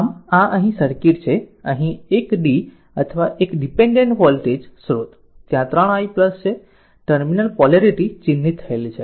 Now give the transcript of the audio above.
આમ આ અહીં સર્કિટ છે 1 અહીં 1 d અથવા 1 ડીપેન્ડેન્ટ વોલ્ટેજ સ્રોત ત્યાં 3 i છે ટર્મિનલ પોલેરિટી ચિહ્નિત થયેલ છે